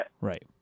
Right